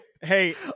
Hey